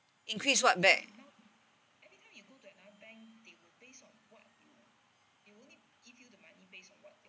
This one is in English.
increase what back